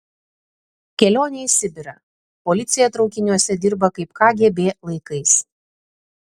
kelionė į sibirą policija traukiniuose dirba kaip kgb laikais